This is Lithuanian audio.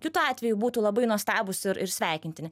kitu atveju būtų labai nuostabūs ir ir sveikintini